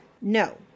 No